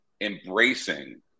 embracing